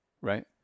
right